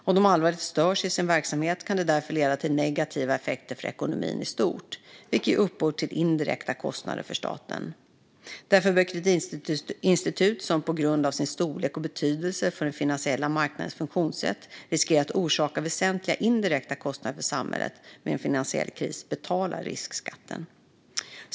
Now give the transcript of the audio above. Om de allvarligt störs i sin verksamhet kan det därför leda till negativa effekter för ekonomin i stort, vilket ger upphov till indirekta kostnader för staten. Därför bör kreditinstitut som på grund av sin storlek och betydelse för den finansiella marknadens funktionssätt riskerar att orsaka väsentliga indirekta kostnader för samhället vid en finansiell kris betala riskskatten.